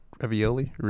Ravioli